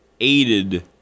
aided